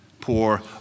poor